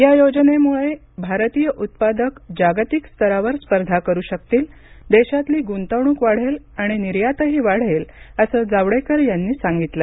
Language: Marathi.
या योजनेमुळे भारतीय उत्पादक जागतिक स्तरावर स्पर्धा करू शकतील देशातली गुंतवणूक वाढेल आणि निर्यातही वाढेल असं जावडेकर यांनी सांगितलं